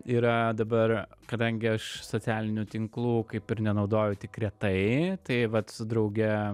yra dabar kadangi aš socialinių tinklų kaip ir nenaudoju tik retai tai vat su drauge